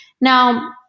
Now